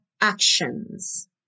actions